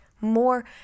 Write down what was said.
more